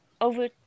over